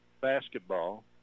basketball